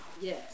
Yes